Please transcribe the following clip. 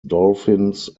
dolphins